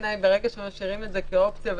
ברגע שמשאירים את זה כאופציה,